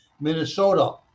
Minnesota